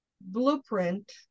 blueprint